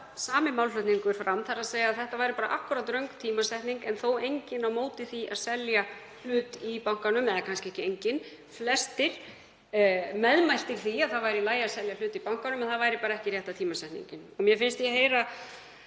sami málflutningur kom þá fram, þ.e. að þetta væri bara akkúrat röng tímasetning. Þó var enginn á móti því að selja hlut í bankanum — eða kannski ekki enginn, flestir voru meðmæltir því að það væri í lagi að selja hlut í bankanum en þetta væri bara ekki rétta tímasetningin. Og mér finnst ég heyra